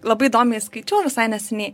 labai įdomiai skaičiau visai neseniai